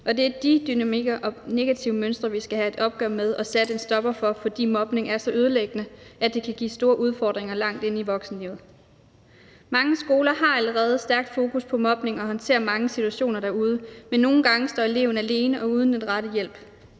Det er de dynamikker og negative mønstre, vi skal have et opgør med og sat en stopper for, fordi mobning er så ødelæggende, at det kan give store udfordringer langt ind i voksenlivet. Mange skoler har allerede et stærkt fokus på mobning og håndterer mange situationer derude, men nogle gange står eleven alene og uden den rette hjælp.